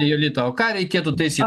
julita o ką reikėtų taisyti